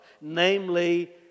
namely